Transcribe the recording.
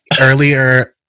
Earlier